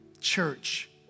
church